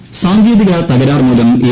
I സാങ്കേതിക തകരാർ മൂലം എ